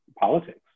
politics